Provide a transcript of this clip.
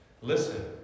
Listen